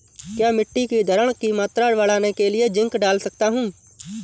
क्या मिट्टी की धरण की मात्रा बढ़ाने के लिए जिंक डाल सकता हूँ?